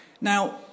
Now